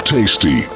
Tasty